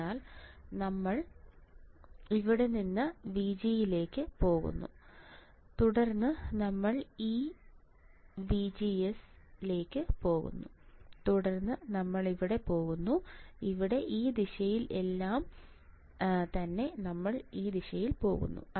അതിനാൽ നമ്മൾ ഇവിടെ നിന്ന് VG യിലേക്ക് പോകുന്നു തുടർന്ന് നമ്മൾ ഈ 1 VGS ലേക്ക് പോകുന്നു തുടർന്ന് നമ്മൾ ഇവിടെ പോകുന്നു ഇവിടെ ഈ ദിശയിൽ എല്ലാം ഇവിടെ നിന്ന് തന്നെ നമ്മൾ ഈ ദിശയിൽ പോകുന്നു